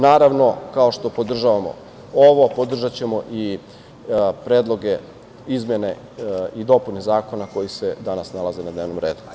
Naravno, kao što podržavamo ovo, podržaćemo i predloge izmena i dopuna zakona koji se danas nalaze na dnevnom redu.